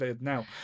now